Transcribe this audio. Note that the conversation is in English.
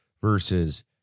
versus